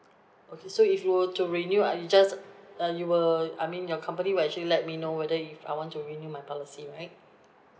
okay so if were to renew I just uh you will I mean your company will actually let me know whether if I want to renew my policy right